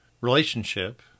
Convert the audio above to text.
relationship